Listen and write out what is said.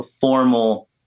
formal